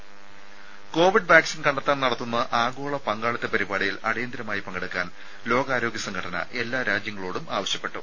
രുര Covid vaccine കണ്ടെത്താൻ നടത്തുന്ന ആഗോള പങ്കാളിത്ത പരിപാടിയിൽ അടിയന്തരമായി പങ്കെടുക്കാൻ ലോകാരോഗ്യ സംഘടന എല്ലാ രാജ്യങ്ങളോടും ആവശ്യപ്പെട്ടു